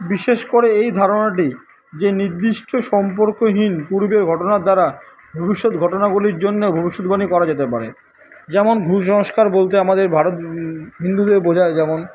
বিশেষ করে এই ধারণাটি যে নির্দিষ্ট সম্পর্কহীন পূর্বের ঘটনার দ্বারা ভবিষ্যত ঘটনাগুলির জন্যে ভবিষ্যতবাণী করা যেতে পারে যেমন কুসংস্কার বলতে আমাদের ভারত হিন্দুদের বোঝায় যেমন